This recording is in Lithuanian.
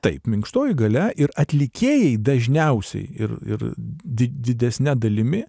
taip minkštoji galia ir atlikėjai dažniausiai ir ir di didesne dalimi